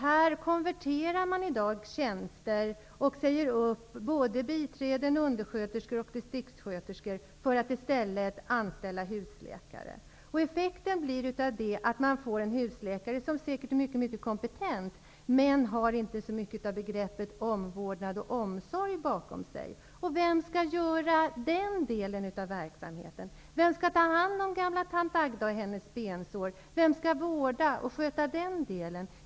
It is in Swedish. Man konverterar i dag tjänster och säger upp biträden, undersköterskor och distriktssköterskor för att i stället anställa husläkare. Effekten av det blir att man får en husläkare, som säkert är mycket kompetent, men som inte har så stora begrepp om omvårdnad och omsorg. Vem skall utföra sådana delar av verksamheten som att ta hand om gamla tant Agda och hennes bensår? Vem skall klara den omvårdnaden?